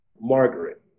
Margaret